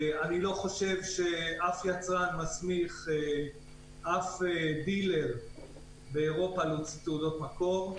אני לא חושב שאף יצרן מסמיך אף דילר באירופה להוציא תעודות מקור.